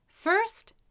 First